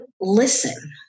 listen